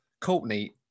Courtney